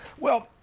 well,